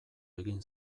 egin